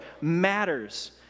matters